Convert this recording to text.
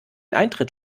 eintritt